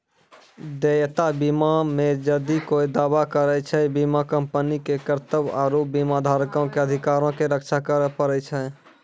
देयता बीमा मे जदि कोय दावा करै छै, बीमा कंपनी के कर्तव्य आरु बीमाधारको के अधिकारो के रक्षा करै पड़ै छै